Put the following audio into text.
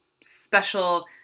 special